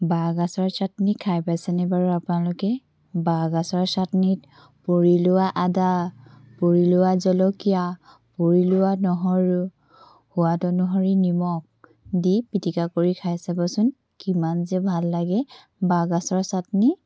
বাঁহগাজৰ চাটনি খাই পাইছেনে বাৰু আপোনালোকে বাঁহগাজৰ চাটনিত পুৰি লোৱা আদা পুৰি লোৱা জলকীয়া পুৰি লোৱা নহৰু সোৱাদ অনুসৰি নিমখ দি পিটিকা কৰি খাই চাবচোন কিমান যে ভাল লাগে বাঁহগাজৰ চাটনি